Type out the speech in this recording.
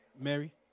Mary